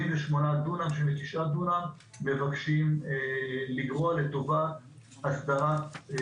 78,79 דונם מבקשים לגרוע לטובת הסדרת התכניות.